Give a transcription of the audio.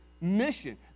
mission